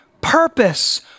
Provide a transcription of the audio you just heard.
purpose